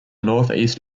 northeast